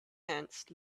ants